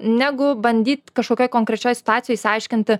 negu bandyt kažkokioj konkrečioj situacijoj išsiaiškinti